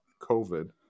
COVID